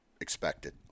expected